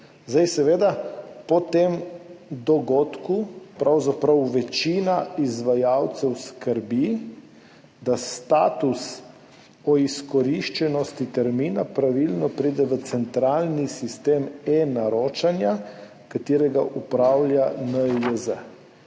Po tem dogodku pravzaprav večina izvajalcev skrbi, da status o izkoriščenosti termina pravilno pride v centralni sistem eNaročanja, ki ga upravlja NIJZ.